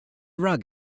rug